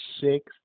six